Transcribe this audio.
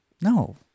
no